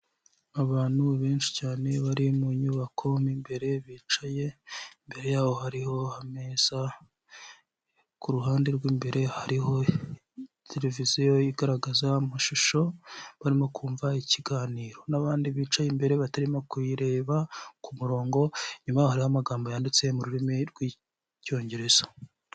Abantu benshi cyane bari mu nyubako mo imbere bicaye, imbere yaho hariho ameza, ku ruhande rw'imbere hariho tereviziyo igaragaza amashusho, barimo kumva ikiganiro n'abandi bicaye imbere batarimo kuyireba, ku murongo inyuma yabo hariho amagambo yanditse mu rurimi rw'Icyongereza.